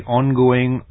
ongoing